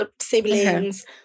siblings